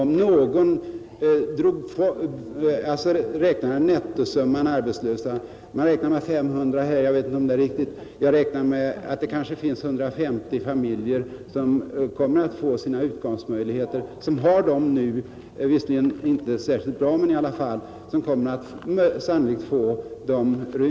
Man räknar med att en utbyggnad skulle medföra 500 arbetstillfällen. Jag vet inte om det är riktigt. Från dessa 500 måste man då, tycker jag, dra bort de kanske 150 familjer som nu har sina utkomstmöjligheter inom detta område. De har det visserligen inte särskilt fett, men det är sannolikt att de kommer att bli ruinerade vid en utbyggnad.